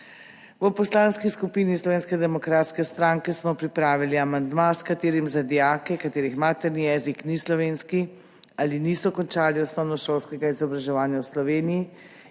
V Poslanski skupini Slovenske demokratske stranke smo pripravili amandma, s katerim za dijake, katerih materni jezik ni slovenski ali niso končali osnovnošolskega izobraževanja v Sloveniji